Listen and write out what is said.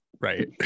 Right